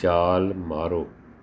ਛਾਲ ਮਾਰੋ